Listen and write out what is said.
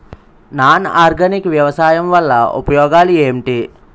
Non organic వ్యవసాయం వల్ల ఉపయోగాలు ఏంటీ?